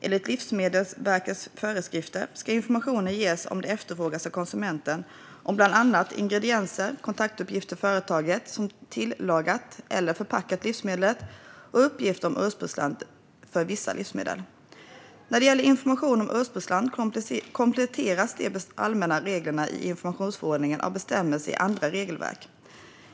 Enligt Livsmedelsverkets föreskrifter ska information ges om det efterfrågas av konsumenten om bland annat ingredienser, kontaktuppgifter till företaget som tillagat eller förpackat livsmedlet och uppgift om ursprungsland för vissa livsmedel. När det gäller information om ursprungsland kompletteras de allmänna reglerna i informationsförordningen av bestämmelser i andra regelverk.